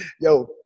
yo